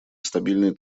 стабильный